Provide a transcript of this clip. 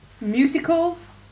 musicals